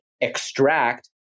extract